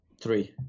three